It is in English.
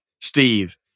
Steve